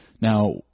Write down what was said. Now